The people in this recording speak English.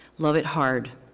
love it hard.